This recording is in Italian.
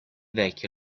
vecchio